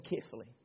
carefully